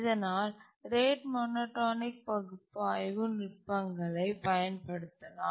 இதனால் rate monotonic பகுப்பாய்வு நுட்பங்களைப் பயன்படுத்தலாம்